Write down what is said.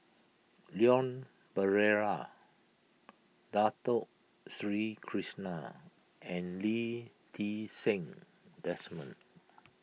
Leon Perera Dato Sri Krishna and Lee Ti Seng Desmond